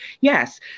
Yes